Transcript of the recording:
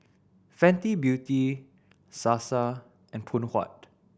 Fenty Beauty Sasa and Phoon Huat